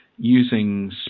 using